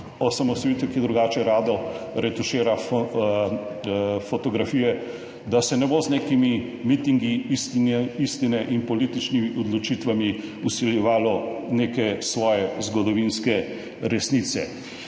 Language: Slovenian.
osamosvojitve, ki drugače rado retušira fotografije, da se ne bo z nekimi mitingi istine in političnimi odločitvami vsiljevalo neke svoje zgodovinske resnice.